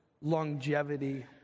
longevity